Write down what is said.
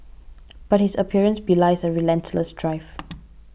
but his appearance belies a relentless drive